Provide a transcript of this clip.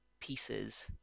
pieces